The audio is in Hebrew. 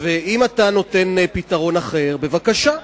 אם אתה נותן פתרון אחר, בבקשה.